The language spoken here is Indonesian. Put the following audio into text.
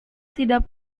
tidak